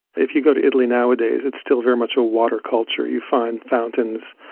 if you go to italy nowadays it's still very much a water culture. you find fountains,